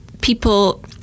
people